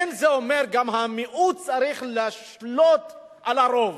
אין זה אומר שהמיעוט צריך לשלוט על הרוב